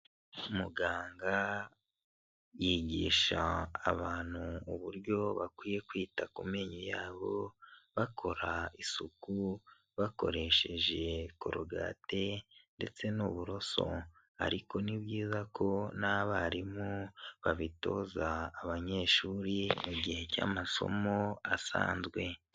Muganga yigisha abantu uburyo bakwiye kwita ku menyo yabo bakora isuku bakoresheje korogate ndetse n'uburoso ariko ni byiza ko n'abarimu babitoza abanyeshuri mu gihe cy'amasomo asanzwe.